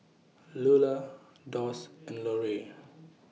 Lula Doss and Larue